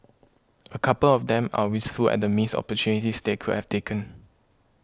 a couple of them are wistful at the missed opportunities they could have taken